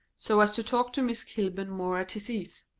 so as to talk to miss kilburn more at his ease.